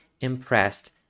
impressed